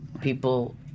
people